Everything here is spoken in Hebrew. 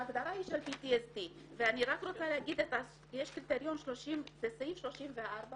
ההגדרה היא של PTSD. יש קריטריון בסעיף 34.ב,